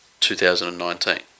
2019